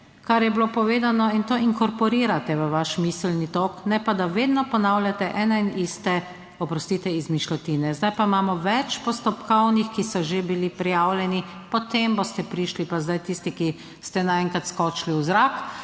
kar je bilo povedano in to inkorporirate v vaš miselni tok, ne pa da vedno ponavljate ene in iste, oprostite, izmišljotine. Zdaj pa imamo več postopkovnih, ki so že bili prijavljeni, potem boste prišli pa zdaj tisti, ki ste naenkrat skočili v zrak,